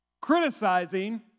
criticizing